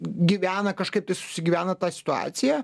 gyvena kažkaip tai susigyvena tą situaciją